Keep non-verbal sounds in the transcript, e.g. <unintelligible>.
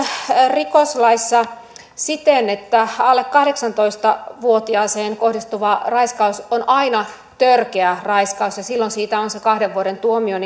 rikoslaissa siten että alle kahdeksantoista vuotiaaseen kohdistuva raiskaus on aina törkeä raiskaus ja silloin siitä on se kahden vuoden tuomio <unintelligible>